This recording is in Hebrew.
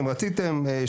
אם רציתם,